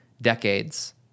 decades